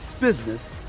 business